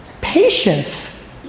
Patience